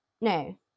no